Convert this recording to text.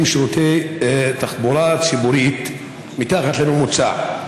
שירותי תחבורה ציבורית מתחת לממוצע.